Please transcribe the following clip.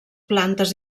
plantes